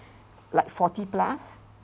like forty plus